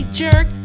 jerk